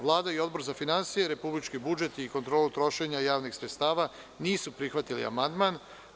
Vlada i Odbor za finansije, republički budžet i kontrolu trošenja javnih sredstava nisu prihvatili amandman.